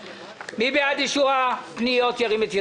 מי בעד אישור הפניות, ירים את ידו.